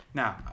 now